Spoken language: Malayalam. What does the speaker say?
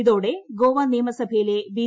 ഇതോടെ ഗോവ നിയമസഭയിലെ ബി